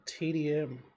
TDM